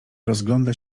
rozgląda